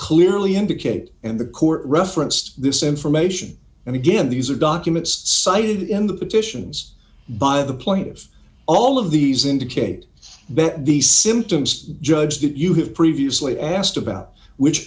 clearly indicate and the court referenced this information and again these are documents cited in the petitions by the plane all of these indicate the symptoms judge that you have previously asked about which